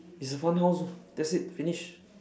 it's a fun house that's it finish